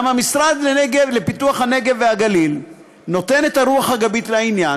גם המשרד לפיתוח הנגב והגליל נותן את הרוח הגבית לעניין.